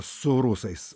su rusais